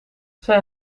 zijn